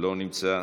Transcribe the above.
לא נמצא.